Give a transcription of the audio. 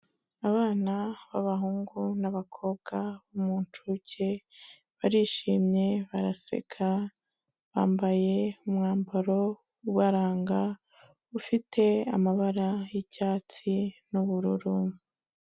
Abana b'abahungu n'abakobwa mu ncuke barishimye baraseka, bambaye umwambaro ubaranga ufite amabara y'icyatsi n'ubururu.